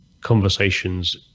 conversations